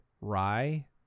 Rye